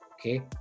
Okay